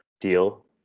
deal